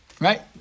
right